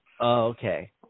Okay